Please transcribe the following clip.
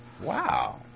Wow